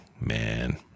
man